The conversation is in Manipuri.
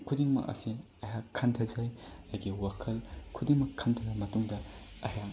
ꯈꯨꯗꯤꯡꯃꯛ ꯑꯁꯤ ꯑꯩꯍꯥꯛ ꯈꯟꯊꯖꯩ ꯑꯩꯒꯤ ꯋꯥꯈꯜ ꯈꯨꯗꯤꯡꯃꯛ ꯈꯟꯊꯔꯕ ꯃꯇꯨꯡꯗ ꯑꯩꯍꯥꯛ